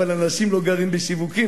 אבל אנשים לא גרים בשיווקים,